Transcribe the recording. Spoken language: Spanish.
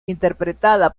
interpretada